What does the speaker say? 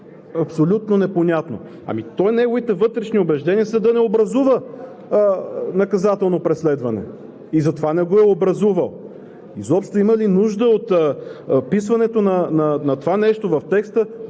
абсолютно непонятно. Ами то за неговите вътрешни убеждения съдът не образува наказателно преследване и затова не го е образувал. Изобщо има ли нужда от вписването на това нещо в текста: